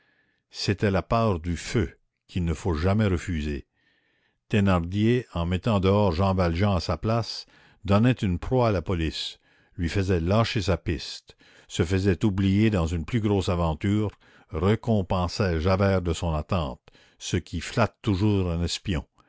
c'était la part du feu qu'il ne faut jamais refuser thénardier en mettant dehors jean valjean à sa place donnait une proie à la police lui faisait lâcher sa piste se faisait oublier dans une plus grosse aventure récompensait javert de son attente ce qui flatte toujours un espion